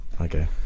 okay